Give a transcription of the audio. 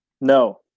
No